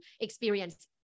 experience